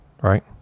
right